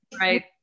right